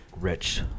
Rich